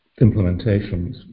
implementations